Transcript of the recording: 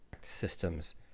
systems